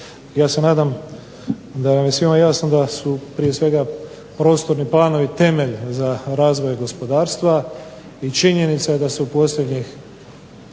Ja se nadam da nam je svima jasno da su prije svega prostorni planovi temelj za razvoj gospodarstva i činjenica je da se u posljednjih